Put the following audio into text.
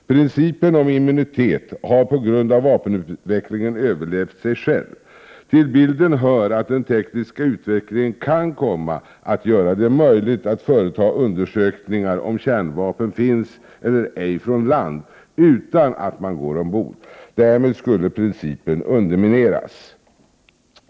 Principen om immunitet har på grund av vapenutvecklingen överlevt sig själv. Till bilden hör att den tekniska utvecklingen kan komma att göra det möjligt att företa undersökningar om kärnvapen finns 115 eller ej från land, utan att man går ombord. Därmed skulle principen undermineras.